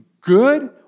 good